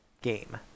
game